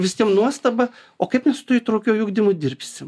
visiem nuostaba o kaip mes su tuo įtraukiuoju ugdymu dirbsim